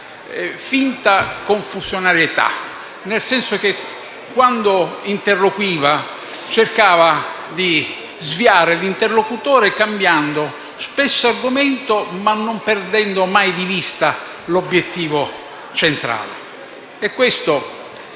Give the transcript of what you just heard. finta confusionarietà. Quando interloquiva, cercava di sviare l'interlocutore cambiando spesso argomento, ma non perdendo mai di vista l'obiettivo centrale.